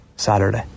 Saturday